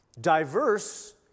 Diverse